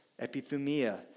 Epithumia